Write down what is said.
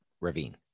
Ravine